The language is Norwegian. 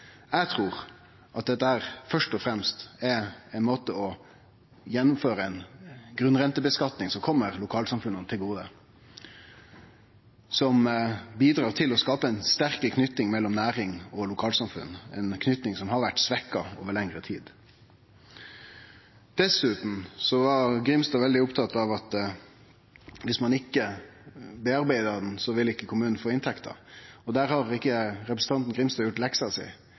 Eg trur at dette først og fremst er ein måte å gjennomføre ei grunnrenteskattlegging som kjem lokalsamfunna til gode, på, og som bidrar til å skape ei sterkare tilknyting mellom næringa og lokalsamfunna – ei tilknyting som har vore svekt over lengre tid. Representanten Grimstad var veldig opptatt av at dersom ein ikkje bearbeidde fisken, ville ikkje kommunen få inntekter. Der har ikkje representanten Grimstad gjort leksa